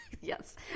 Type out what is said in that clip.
Yes